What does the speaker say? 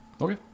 Okay